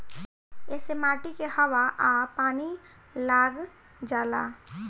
ऐसे माटी के हवा आ पानी लाग जाला